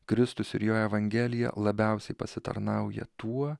kristus ir jo evangelija labiausiai pasitarnauja tuo